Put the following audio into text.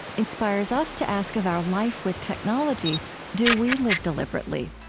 inspires us to ask of our life with technology do we live deliberately?